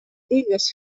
digues